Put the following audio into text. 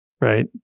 right